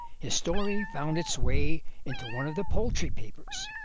his story found its way into one of the poultry papers,